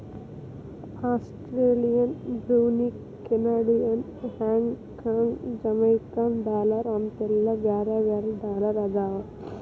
Australian Brunei Canadian Hong Kong Jamaican dollar ಅಂತೆಲ್ಲಾ ಬ್ಯಾರೆ ಬ್ಯಾರೆ ಡಾಲರ್ ಅದಾವ